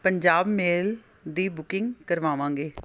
Punjab mail ਦੀ booking ਕਰਵਾਵਾਂਗੇ